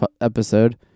episode